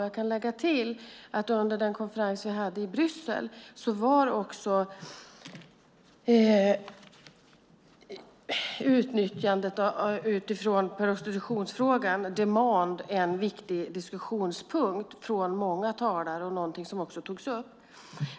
Jag kan lägga till att under konferensen i Bryssel var utnyttjande utifrån efterfrågan inom prostitution en viktig diskussionspunkt hos många talare och något som också togs upp.